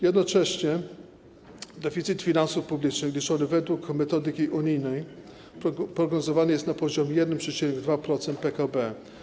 Jednocześnie deficyt finansów publicznych liczony według metodyki unijnej prognozowany jest na poziomie 1,2% PKB.